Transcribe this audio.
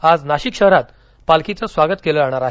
आज नाशिक शहरात पालखीचं स्वागत केलं जाणार आहे